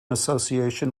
association